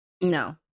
No